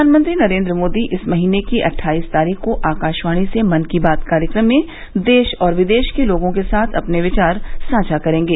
प्रधानमंत्री नरेन्द्र मोदी इस महीने की अटठाईस तारीख को आकाशवाणी से मन की बात कार्यक्रम में देश और विदेश के लोगों के साथ अपने विचार साझा करेंगे